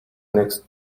next